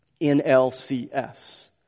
NLCS